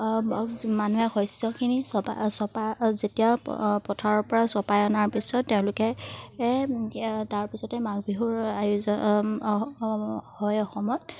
মানুহে শস্যখিনি চপা চপা যেতিয়া প পথাৰৰ পৰা চপাই অনাৰ পিছত তেওঁলোকে তাৰপিছতে মাঘ বিহুৰ আয়োজন হয় অসমত